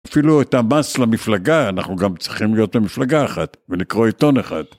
אפילו את המס למפלגה, אנחנו גם צריכים להיות במפלגה אחת ולקרוא עיתון אחד.